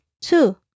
two